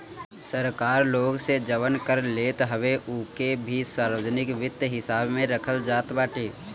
सरकार लोग से जवन कर लेत हवे उ के भी सार्वजनिक वित्त हिसाब में रखल जात बाटे